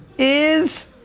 is,